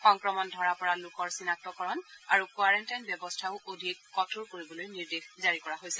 সংক্ৰমণ ধৰা পৰা লোকৰ চিনাক্তকৰণ আৰু কোৱাৰেণ্টাইন ব্যৱস্থাও অধিক কঠোৰ কৰিবলৈ নিৰ্দেশ জাৰি কৰা হৈছে